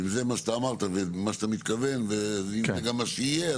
אם זה מה שאמרת ומה שאתה מתכוון וזה גם מה שיהיה,